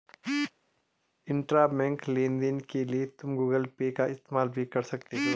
intrabank लेन देन के लिए तुम गूगल पे का इस्तेमाल भी कर सकती हो